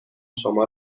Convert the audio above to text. شما